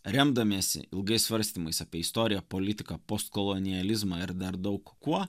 remdamiesi ilgais svarstymais apie istoriją politiką postkolonializmą ir dar daug kuo